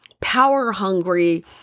power-hungry